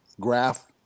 graph